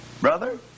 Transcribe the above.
Brother